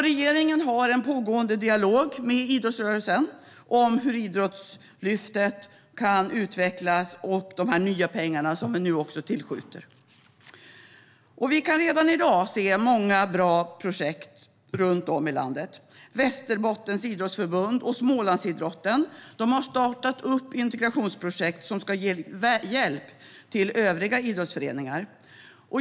Regeringen har en pågående dialog med idrottsrörelsen om hur Idrottslyftet kan utvecklas med de nya pengar som vi nu tillskjuter. Vi kan redan i dag se många bra projekt runt om i landet. Västerbottens idrottsförbund och Smålandsidrotten har startat integrationsprojekt som ska ge hjälp till övriga idrottsföreningar.